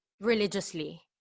religiously